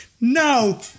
No